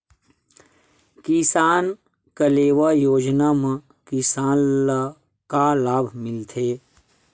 किसान कलेवा योजना म किसान ल का लाभ मिलथे?